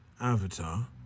Avatar